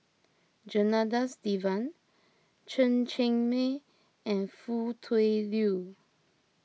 Janadas Devan Chen Cheng Mei and Foo Tui Liew